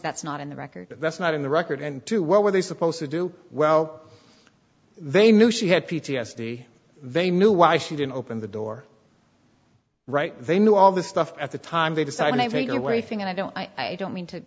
that's not in the record that's not in the record and two what were they supposed to do well they knew she had p t s d they knew why she didn't open the door right they knew all this stuff at the time they decided to take away thing and i don't i don't mean to